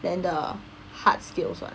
then the hard skills [one]